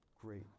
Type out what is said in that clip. great